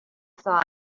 saw